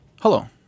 Hello